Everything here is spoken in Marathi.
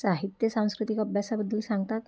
साहित्य सांस्कृतिक अभ्यासाबद्दल सांगतात